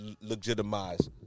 legitimize